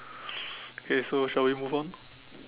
okay so shall we move on